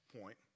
point